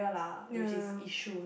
ya